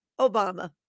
Obama